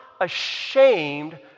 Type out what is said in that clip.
ashamed